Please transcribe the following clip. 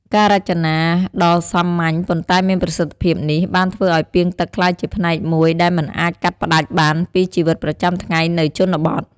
ការរចនាដ៏សាមញ្ញ ប៉ុន្តែមានប្រសិទ្ធភាពនេះ បានធ្វើឲ្យពាងទឹកក្លាយជាផ្នែកមួយដែលមិនអាចកាត់ផ្ដាច់បានពីជីវិតប្រចាំថ្ងៃនៅជនបទ។